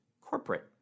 corporate